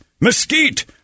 mesquite